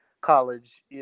college